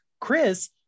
Chris